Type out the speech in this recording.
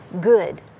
good